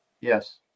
Yes